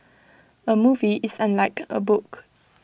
A movie is unlike A book